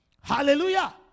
Hallelujah